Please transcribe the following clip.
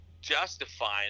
justifying